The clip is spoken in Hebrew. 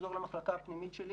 לחזור למחלקה הפנימית שלי